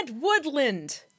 Woodland